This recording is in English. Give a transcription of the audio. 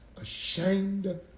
ashamed